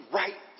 right